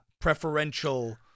preferential